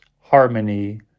harmony